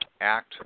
act